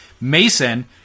Mason